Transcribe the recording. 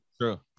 true